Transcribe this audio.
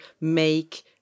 make